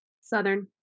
Southern